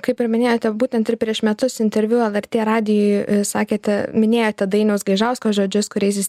kaip ir minėjote būtent ir prieš metus interviu lrt radijui sakėte minėjote dainiaus gaižausko žodžius kuriais jis